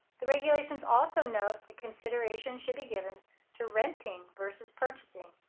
the regulations also note that consideration should be given to renting versus purchasing,